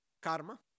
karma